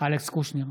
אלכס קושניר,